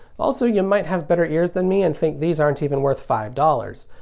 also, you might have better ears than me and think these aren't even worth five dollars.